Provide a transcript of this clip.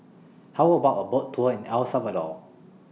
How about A Boat Tour in El Salvador